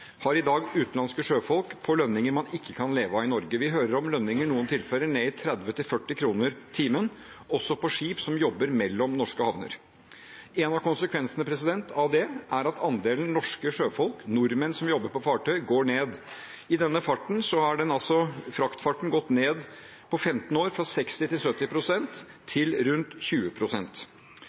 har i dag utenlandske sjøfolk på lønninger man ikke kan leve av i Norge. Vi hører om lønninger i noen tilfeller nede i 30–40 kr i timen, også på skip som jobber mellom norske havner. En av konsekvensene av det er at andelen norske sjøfolk, nordmenn som jobber på fartøyene, går ned – i fraktfarten er den gått ned fra 60–70 pst. til rundt 20 pst. på 15 år.